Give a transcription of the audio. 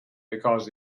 because